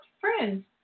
friends